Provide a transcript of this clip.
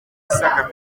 isaga